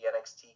NXT